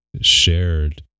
shared